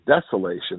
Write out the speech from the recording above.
desolation